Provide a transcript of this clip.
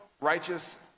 righteous